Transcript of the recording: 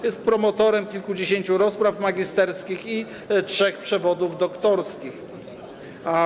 Jest promotorem kilkudziesięciu rozpraw magisterskich i trzech przewodów doktorskich.